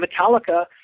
Metallica